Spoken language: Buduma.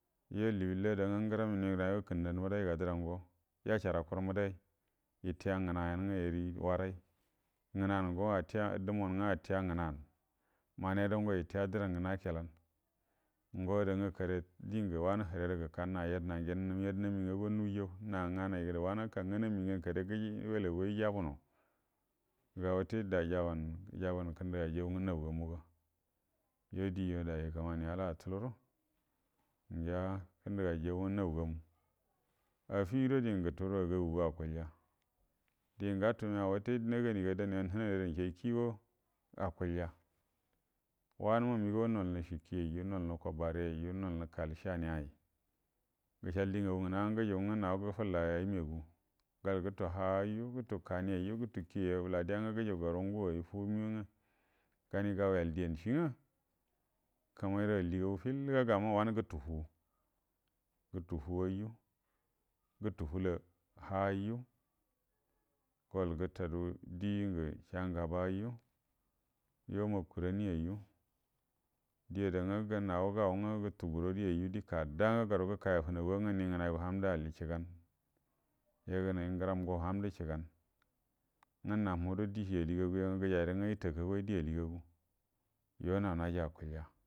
Yo libillah ada ngaram ninə yilan ikənnə da nə mbədaiga dərango yashara kurə inbədav itiga ngənaiyan nga yari warai ngənan go atiya dumuwan go ati ya ngənan manedan go itiya drangə nakiyalanə ngo ada nga kare dingə wanə hirerə gəka na yadəna ngen num yadəna ngaguwa nuwujau na nganai də wannə gəka nganam ngenə kare gəji waleguwa yiji abuno ga wute dai jabanə jabanə kəndəga jau ngə nau gamuga yo dijo dai kəmani ala atulurə ngiya kəndəga jauwa naugamu afido dingə guturo agagugo akulya dinə gatu meyaga wute naganiga danyo nənairaini sai kiigo akulya wanəma migau nol nishi ki yayiju nol nuko bare yeyiju nol nəkal shawiyayi gəshal dingagu ngəna nga gujugu nga haga gəfullaiya inegu gol gutu ha'ayiju gutu kani yayiju gutu ki yayi a bəla dega nga gujugu garu ngu ayi fumi nga gani gawiyal diyan shi nga kamairə alligagu fill gama wanə gutu fuu gutu fuuwaiju gutu fulo hayayiju gol gətadu dingə shangabayiju yo makuroni yajiju di ada nga yo nago gau nga gutu burodi yayiju di kada'a garu gəkaiya funagu wa nga nigənaigo hamdə alli chiganə yagənai ngəramgo hanidə shiganə nga namu wado dishi aligagu yaga gəjai nga itakau goi di algagu yo nau naji akulya